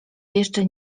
jeszcze